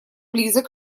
близок